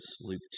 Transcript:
Luke